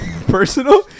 personal